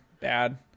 bad